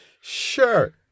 Sure